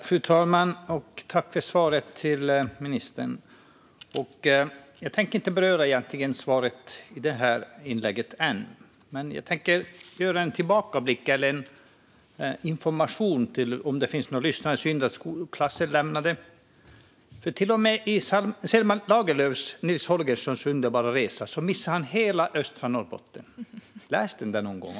Fru talman! Tack, ministern, för svaret! Jag tänker egentligen inte beröra svaret ännu, i detta inlägg. Jag tänker göra en tillbakablick eller ge information, om det finns några lyssnare - synd att skolklassen har lämnat åhörarläktaren. Till och med i Selma Lagerlöfs Nils Holgerssons underbara resa genom Sverige missade han hela östra Norrbotten. Läs den någon gång!